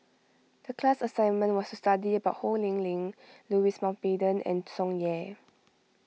the class assignment was to study about Ho Lee Ling Louis Mountbatten and Tsung Yeh